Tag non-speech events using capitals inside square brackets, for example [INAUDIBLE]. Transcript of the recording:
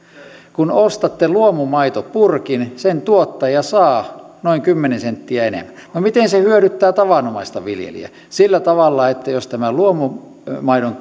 kun ostatte luomumaitopurkin sen tuottaja saa noin kymmenen senttiä enemmän no miten se hyödyttää tavanomaista viljelijää sillä tavalla että jos tämä luomumaidon [UNINTELLIGIBLE]